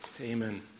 Amen